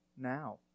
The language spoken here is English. now